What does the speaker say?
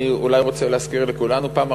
אני אולי רוצה להזכיר לכולנו: פעם,